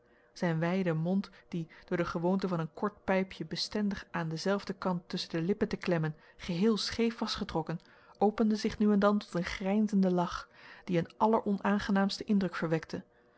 zijn wijde mond die door de gewoonte van een kort pijpje bestendig aan denzelfden kant tusschen de lippen te klemmen geheel scheef was getrokken opende zich nu en dan tot een grijnzenden lach die een alleronaangenaamsten indruk verwekte